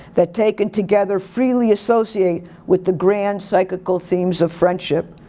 that taken together freely associate with the grand psychical themes of friendship.